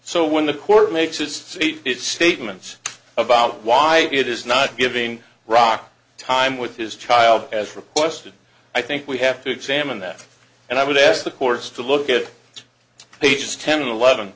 so when the court makes its statements about why it is not giving rock time with his child as requested i think we have to examine that and i would ask the courts to look at pages ten eleven